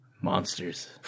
monsters